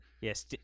Yes